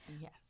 Yes